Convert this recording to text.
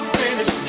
finish